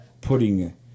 putting